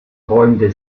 räumte